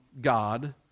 God